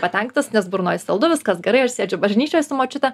patenkintas nes burnoj saldu viskas gerai aš sėdžiu bažnyčioj su močiute